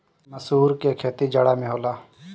मसूर के खेती जाड़ा में होला